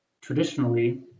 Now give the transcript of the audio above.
Traditionally